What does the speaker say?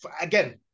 again